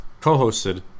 co-hosted